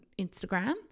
Instagram